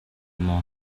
maw